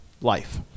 life